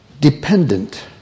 Dependent